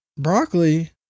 broccoli